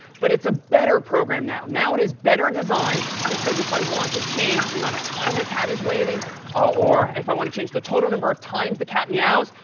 but it's a better program now. now it is better designed, because if i want to change the amount of time the cat is waiting or if i want to change the total number of times the cat meows,